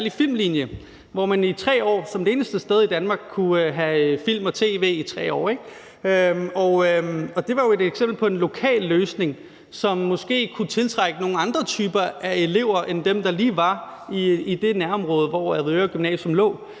de havde en særlig filmlinje, hvor man i 3 år – som det eneste sted i Danmark – kunne have film og tv som fag. Det var jo et eksempel på en lokal løsning, som måske kunne tiltrække nogle andre typer elever end dem, der lige var i det nærområde, Avedøre Gymnasium